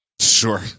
Sure